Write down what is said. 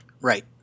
Right